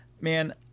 Man